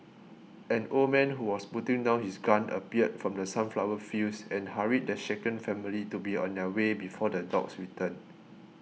an old man who was putting down his gun appeared from the sunflower fields and hurried the shaken family to be on their way before the dogs return